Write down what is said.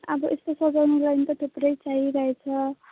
अब यस्तो सजाउनुको लागि त थुप्रै चाहिइरहेछ